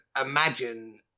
imagine